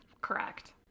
Correct